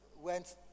Went